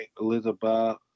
Elizabeth